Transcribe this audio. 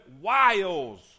wiles